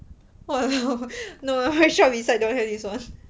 !walao! no my shop beside don't have this [one]